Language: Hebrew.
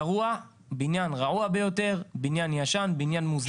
גרוע, בניין רעוע ביותר, בניין ישן, בניין מוזנח.